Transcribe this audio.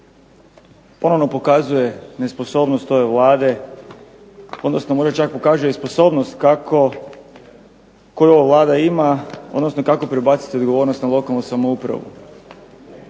ponovno pokazuje nesposobnost ove Vlade odnosno možda čak pokazuje i sposobnost koju ova Vlada ima odnosno kako prebaciti odgovornost na lokalnu samoupravu.